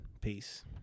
Peace